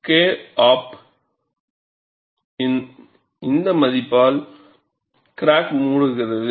Kop இன் இந்த மதிப்பால் கிராக் மூடுகிறது